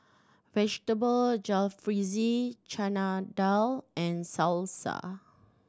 Vegetable Jalfrezi Chana Dal and Salsa